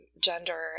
gender